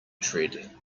tread